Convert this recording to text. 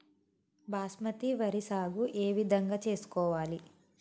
బాస్మతి వరి సాగు ఏ విధంగా చేసుకోవాలి?